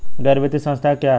गैर वित्तीय संस्था क्या है?